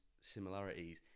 similarities